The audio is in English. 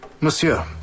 Monsieur